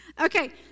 Okay